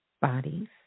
bodies